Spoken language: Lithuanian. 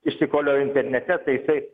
išsikoliojo internete tai jisai